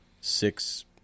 six